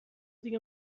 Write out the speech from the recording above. دیگه